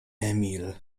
emil